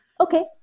okay